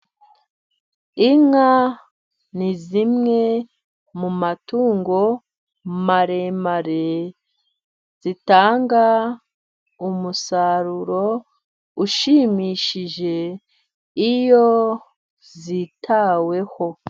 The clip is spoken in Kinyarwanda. Inka ni zimwe mu matungo maremare, zitanga umusaruro ushimishije, iyo zitaweho.